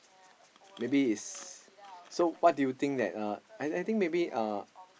maybe is so what do you think that uh I I think maybe uh